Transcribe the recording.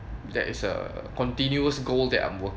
there is a continuous goal that I'm working